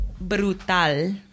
Brutal